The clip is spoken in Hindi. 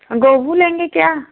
गेहूँ लेंगे क्या